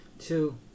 Two